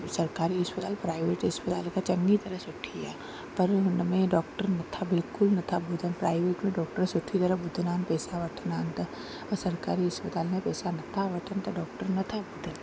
सरकारी इस्पतालि प्राइवेट इस्पतालि खां चङी तरह सुठी आहे पर हुन में डॉक्टर नथा बिल्कुलु नथा ॿुधनि प्राइवेट में डॉक्टर सुठी तरह ॿुधंदा आहिनि पैसा वठंदा आहिनि त सरकारी इस्पतालि में पैसा नथा वठनि त डॉक्टर नथा ॿुधनि